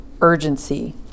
urgency